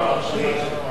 מי?